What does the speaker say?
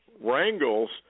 wrangles